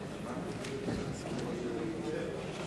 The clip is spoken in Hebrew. אדוני היושב-ראש,